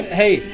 hey –